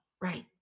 Right